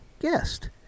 guest